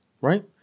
Right